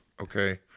Okay